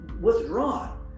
withdrawn